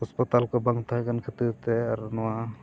ᱦᱟᱥᱯᱟᱛᱟᱞ ᱠᱚ ᱵᱟᱝ ᱛᱟᱦᱮᱸᱠᱟᱱ ᱠᱷᱟᱹᱛᱤᱨ ᱛᱮ ᱟᱨ ᱱᱚᱣᱟ